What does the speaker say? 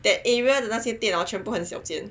that area 的那些店 hor 全部很小间